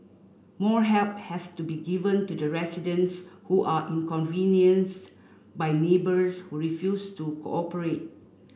more help have to be given to the residents who are inconvenience by neighbours who refuse to cooperate